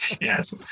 Yes